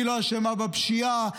היא לא אשמה בפשיעה,